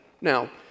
Now